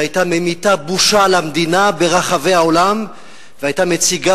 שהיתה ממיטה בושה על המדינה ברחבי העולם והיתה מציגה